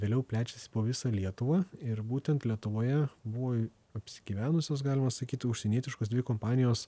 vėliau plečiasi po visą lietuvą ir būtent lietuvoje buvo apsigyvenusios galima sakyti užsienietiškos dvi kompanijos